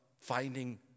finding